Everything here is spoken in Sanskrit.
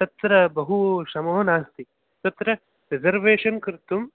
तत्र बहु श्रमो नास्ति तत्र रिसर्वेशन् कर्तुं